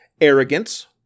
arrogance